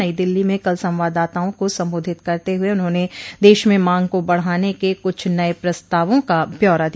नई दिल्ली में कल संवाददाताओं को संबोधित करते हुए उन्होंने देश में मांग को बढाने के कुछ नये प्रस्तावों का ब्यौरा दिया